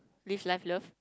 live laugh love